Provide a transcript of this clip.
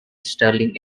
stirling